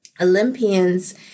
Olympians